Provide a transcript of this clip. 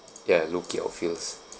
ya looking of fields